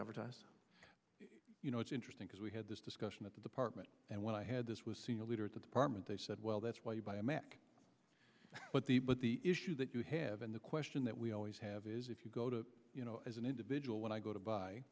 advertised you know it's interesting because we had this discussion at the department and when i had this was a senior leader of the department they said well that's why you buy a mac but the but the issue that you have and the question that we always have is if you go to you know as an individual when i go to buy